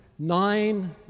nine